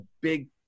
big